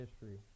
history